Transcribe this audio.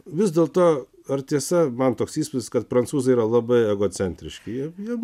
vis dėlto ar tiesa man toks įspūdis kad prancūzai yra labai egocentriški jie jie